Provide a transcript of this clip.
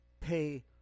pay